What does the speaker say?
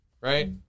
Right